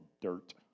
dirt